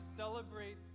celebrate